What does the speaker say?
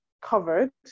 covered